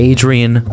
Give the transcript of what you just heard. Adrian